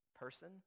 person